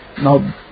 Now